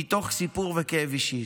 מתוך סיפור וכאב אישי.